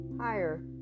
higher